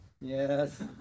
Yes